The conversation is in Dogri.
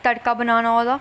तड़का बनाना ओहदा